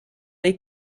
les